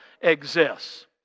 exists